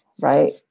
right